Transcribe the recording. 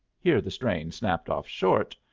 here the strain snapped off short.